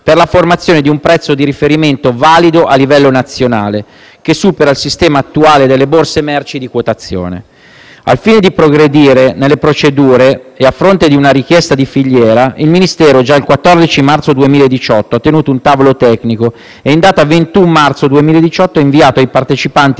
per la formazione di un prezzo di riferimento valido a livello nazionale, che superi il sistema attuale di quotazione delle borse merci. Al fine di progredire nelle procedure e a fronte di una richiesta di filiera, il Ministero ha già tenuto il 14 marzo 2018 un tavolo tecnico e in data 21 marzo 2018 ha inviato ai partecipanti